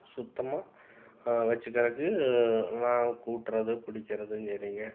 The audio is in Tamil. சுத்தமாக வெச்சுக்கறதுக்கு நான் கூட்டுறது பிடிக்கிறதும் சரிங்க